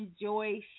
enjoy